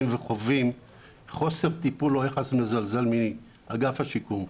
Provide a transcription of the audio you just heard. וחווים חוסר טיפול או יחס מזלזל מאגף השיקום.